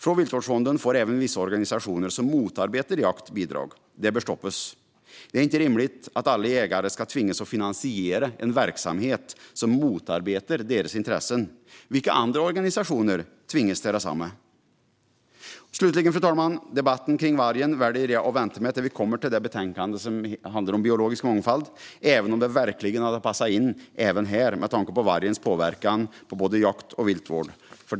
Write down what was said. Från Viltvårdsfonden får även vissa organisationer som motarbetar jakt bidrag. Det bör stoppas. Det är inte rimligt att jägare ska tvingas finansiera en verksamhet som motarbetar deras intressen. Vilka andra organisationer tvingas till detsamma? Fru talman! Debatten om vargen väljer jag att vänta med tills vi kommer till betänkandet om biologisk mångfald, även om den verkligen hade passat in även här, med tanke på vargens påverkan på både jakt och viltvård.